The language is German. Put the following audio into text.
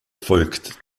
folgt